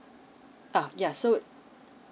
uh yeah so